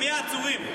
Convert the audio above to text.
מי העצורים?